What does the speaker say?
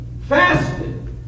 fasted